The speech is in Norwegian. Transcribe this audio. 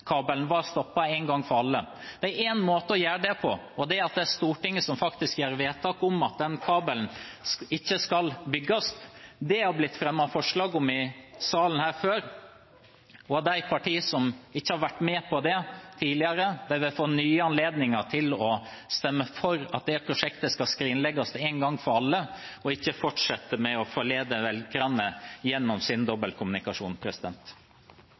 var stoppet en gang for alle. Det er én måte å gjøre det på, og det er at Stortinget gjør vedtak om at kabelen ikke skal bygges. Det har blitt fremmet forslag om det i salen her før, og de partiene som ikke har vært med på det tidligere, vil få nye anledninger til å stemme for at det prosjektet skal skrinlegges en gang for alle – ikke fortsette med å forlede velgerne gjennom sin